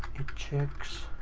it checks,